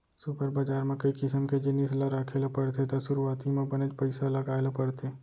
super बजार म कई किसम के जिनिस ल राखे ल परथे त सुरूवाती म बनेच पइसा लगाय ल परथे